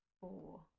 four